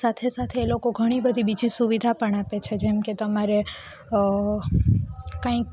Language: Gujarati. સાથે સાથે એ લોકો ઘણી બધી બીજી સુવિધા પણ આપે છે જેમકે તમારે કંઈક